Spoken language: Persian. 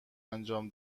انجام